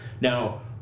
Now